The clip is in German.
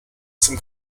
zum